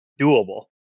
doable